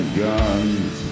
guns